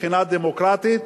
מבחינה דמוקרטית,